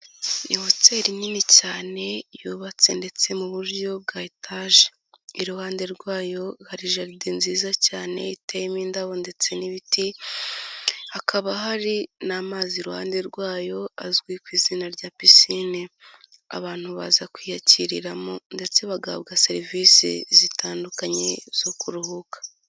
Ni hoteli nini cyane yubatse ndetse mu buryo bwa etaje, iruhande rwayo hari jaride nziza cyane iteyemo indabo ndetse n'ibiti, hakaba hari n'amazi iruhande rwayo azwi ku izina rya pisine, abantu baza kwiyakiriramo ndetse bagahabwa serivisi zitandukanye zo kuruhuka.